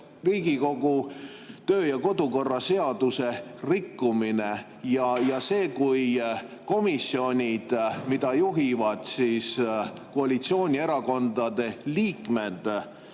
Riigikogu kodu‑ ja töökorra seaduse rikkumine. See, kui komisjonid, mida juhivad koalitsioonierakondade liikmed,